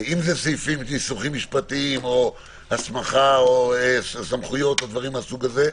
אם זה ניסוחים משפטיים או הסמכה או סמכויות או דברים מהסוג הזה,